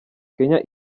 kenya